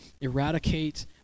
eradicate